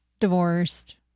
divorced